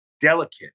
delicate